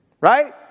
right